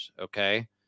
okay